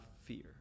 fear